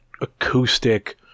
acoustic